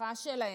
המשפחה שלהם,